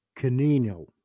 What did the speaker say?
Canino